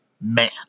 man